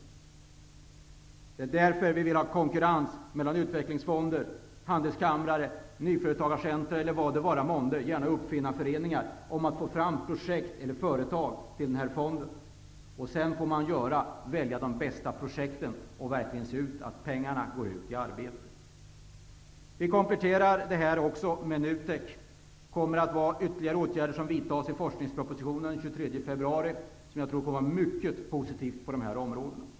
Det är därför vi vill att Utvecklingsfonder, handelskammare, nyföretagarcentra eller vad det vara månde -- det får gärna vara uppfinnarföreningar -- skall konkurrera om att få fram projekt eller företag till den här fonden. Sedan får man välja de bästa projekten och verkligen se till att pengarna arbetar. Vi kompletterar detta med NUTEK, genom ytterligare åtgärder som kommer att redovisas i den forskningsproposition som läggs fram den 23 februari. Jag tror att detta kommer att ha en mycket positiv inverkan på de här områdena.